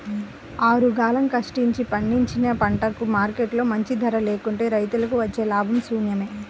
ఆరుగాలం కష్టించి పండించిన పంటకు మార్కెట్లో మంచి ధర లేకుంటే రైతులకు వచ్చే లాభాలు శూన్యమే